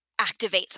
activates